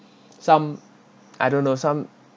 some I don't know some